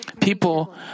people